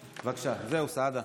בבקשה, זהו, סעדה.